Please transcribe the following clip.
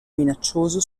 minaccioso